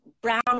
brown